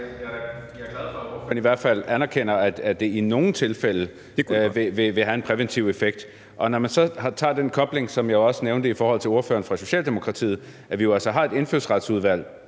Jeg er glad for, at ordføreren i hvert fald anerkender, at det i nogle tilfælde vil have en præventiv effekt. Når man så tilføjer, at vi, som jeg også nævnte over for ordføreren for Socialdemokratiet, altså har et Indfødsretsudvalg,